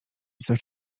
coś